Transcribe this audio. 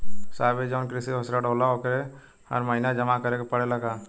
साहब ई जवन कृषि ऋण होला ओके हर महिना जमा करे के पणेला का?